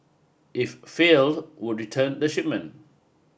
if failed would return the shipment